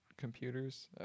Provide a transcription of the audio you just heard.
computers